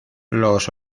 los